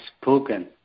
spoken